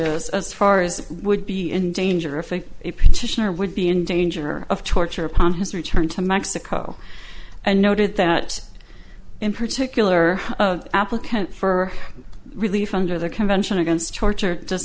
as far as it would be in danger if they would be in danger of torture upon his return to mexico and noted that in particular the applicant for relief under the convention against torture does